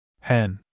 Hen